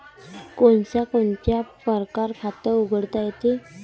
कोनच्या कोनच्या परकारं खात उघडता येते?